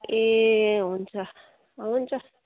ए हुन्छ हुन्छ